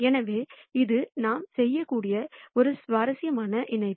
எனவே இது நாம் செய்யக்கூடிய ஒரு சுவாரஸ்யமான இணைப்பு